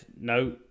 no